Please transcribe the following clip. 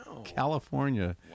California